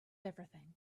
everything